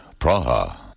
Praha